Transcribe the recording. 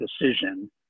decision